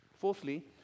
Fourthly